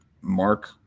mark